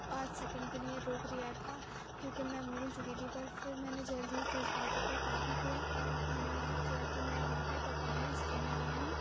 پانچ سکینڈ کے لیے روک دیا تھا كیوںكہ میں بھول چُكی تھی پر پھر میں نے جلد ہی جذباتوں پر قابو کیا اور میں نے یاد کیا کہ میں یہاں پر پرفامنس دینے آئی ہوں